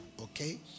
Okay